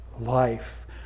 life